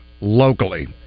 locally